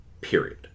Period